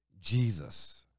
Jesus